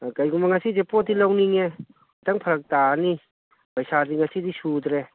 ꯀꯩꯒꯨꯝꯕ ꯉꯁꯤꯁꯦ ꯄꯣꯠꯇꯤ ꯂꯧꯅꯤꯡꯉꯦ ꯈꯤꯇꯪ ꯐꯔꯛꯇꯥꯔꯅꯤ ꯄꯩꯁꯥꯁꯦ ꯉꯁꯤꯗꯤ ꯁꯨꯗ꯭ꯔꯦ